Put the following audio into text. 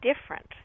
different